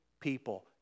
people